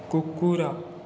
କୁକୁର